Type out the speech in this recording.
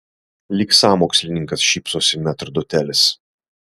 lyg sąmokslininkas šypsosi metrdotelis